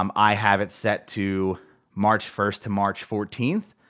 um i have it set to march first to march fourteenth,